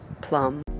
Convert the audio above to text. Plum